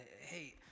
Hey